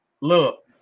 Look